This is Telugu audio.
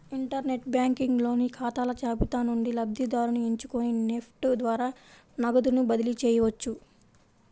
ఇంటర్ నెట్ బ్యాంకింగ్ లోని ఖాతాల జాబితా నుండి లబ్ధిదారుని ఎంచుకొని నెఫ్ట్ ద్వారా నగదుని బదిలీ చేయవచ్చు